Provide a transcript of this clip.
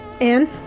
Anne